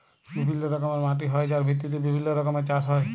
বিভিল্য রকমের মাটি হ্যয় যার ভিত্তিতে বিভিল্য রকমের চাস হ্য়য়